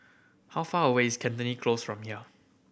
how far away is Cantonment Close from here